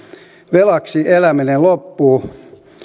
velaksi eläminen loppuu